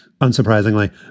unsurprisingly